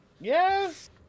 Yes